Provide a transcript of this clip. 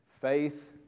faith